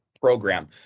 Program